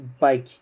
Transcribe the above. bike